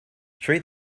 treat